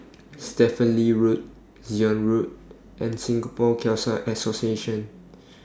Stephen Lee Road Zion Road and Singapore Khalsa Association